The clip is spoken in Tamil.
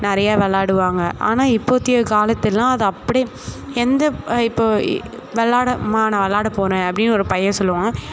நிறையா விளாடுவாங்க ஆனால் இப்போத்திய காலத்துலலாம் அது அப்படியே எந்த இப்போது விளாட அம்மா நான் விளாட போகிறேன் அப்படின்னு ஒரு பையன் சொல்லுவான்